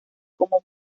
cómo